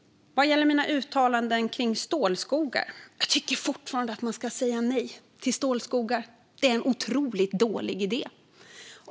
Vad gäller mina uttalanden kring stålskogar tycker jag fortfarande att man ska säga nej till stålskogar. Det är en otroligt dålig idé!